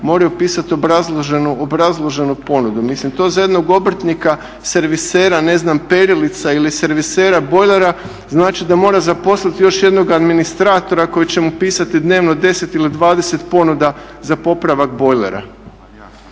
moraju pisati obrazloženu ponudi. Mislim to za jednog obrtnika servisera perilica ili servisera bojlera znači da mora zaposliti još jednog administratora koji će mu pisati dnevno 10 ili 20 ponuda za popravak bojlera.